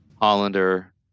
Hollander